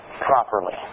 properly